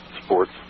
sports